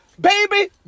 baby